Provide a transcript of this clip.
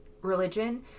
religion